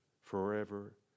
forever